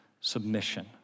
submission